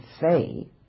say